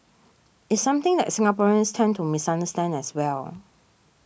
it's something that Singaporeans tend to misunderstand as well